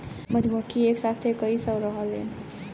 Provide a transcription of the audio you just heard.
मधुमक्खी एक साथे कई सौ रहेलन